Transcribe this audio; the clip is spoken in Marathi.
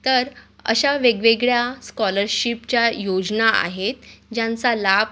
तर अशा वेगवेगळ्या स्कॉलरशिपच्या योजना आहेत ज्यांचा लाभ